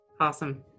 Awesome